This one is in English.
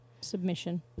Submission